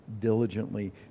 diligently